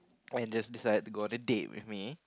and just decided to go on a date with me